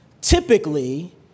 typically